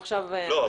לא,